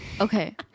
Okay